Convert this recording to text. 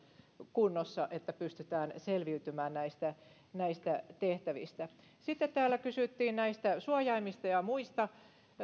kunnossa niin että pystytään selviytymään näistä näistä tehtävistä sitten täällä kysyttiin näistä suojaimista ja muista